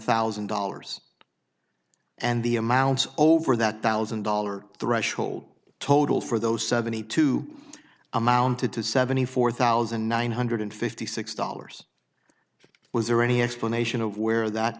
thousand dollars and the amounts over that thousand dollar threshold total for those seventy two amounted to seventy four thousand nine hundred fifty six dollars was there any explanation of where that